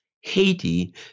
Haiti